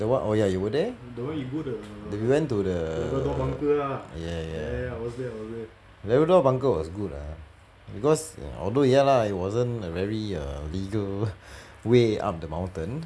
that [one] oh ya you were there we went to the ya ya labrador bunker was good ah because although ya lah it wasn't a very err legal way up the mountain